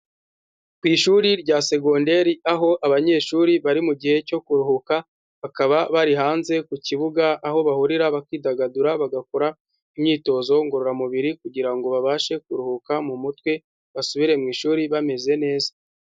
Ku ishuri rya segonderi aho abanyeshuri bari mu gihe cyo kuruhuka, bakaba bari hanze ku kibuga aho bahurira bakidagadura, bagakora imyitozo ngororamubiri kugira ngo babashe kuruhuka mu mutwe basubire mu ishuri bameze neza.